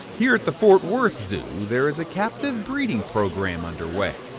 here at the fort worth zoo, there is a captive breeding program underway.